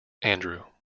andrew